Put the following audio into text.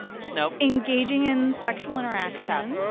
nope. engaging in sexual interactions